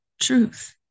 truth